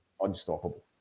Unstoppable